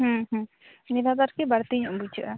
ᱦᱩᱸ ᱦᱩᱸ ᱱᱤᱭᱟᱹ ᱫᱷᱟᱣ ᱫᱚ ᱟᱨᱠᱤ ᱵᱟᱹᱲᱛᱤ ᱧᱚᱜ ᱵᱩᱡᱷᱟᱹᱜᱼᱟ